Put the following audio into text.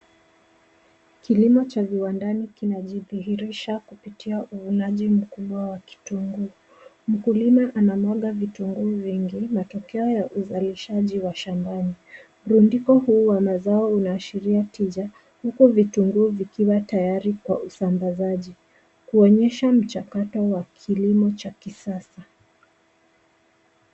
Kilimo cha viwandani kinajidhihirisha kupitia uvunaji wa kitunguu. Mkulima anamwaga vitunguu vingi, matokeo ya uzalishaji wa shambani. Rundiko huu wa mazao unaashiria tija huku vitunguu vikiwa tayari kwa usambazaji kuonyesha mchakato wa kilimo cha kisasa.